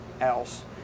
else